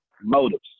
motives